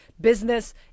business